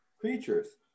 creatures